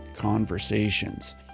conversations